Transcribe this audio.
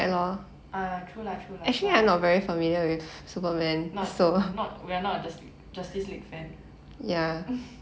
ah true lah true lah not~ not~ we're not justi~ justice league fans